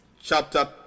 chapter